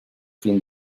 fin